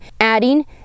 adding